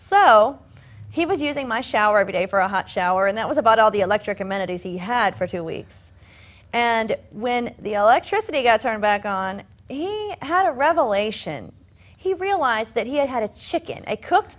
so he was using my shower every day for a hot shower and that was about all the electric amenities he had for two weeks and when the electricity got turned back on he had a revelation he realized that he had had a chicken a cooked